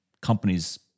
companies